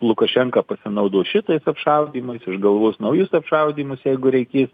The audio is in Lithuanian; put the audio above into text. lukašenka pasinaudos šitais apšaudymais išgalvos naujus apšaudymus jeigu reikės